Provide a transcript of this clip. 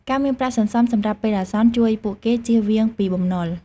ការមានប្រាក់សន្សំសម្រាប់ពេលអាសន្នជួយពួកគេចៀសវាងពីបំណុល។